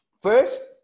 first